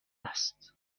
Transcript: است